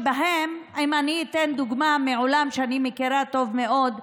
אני אתן דוגמה מעולם שאני מכירה טוב מאוד,